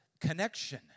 connection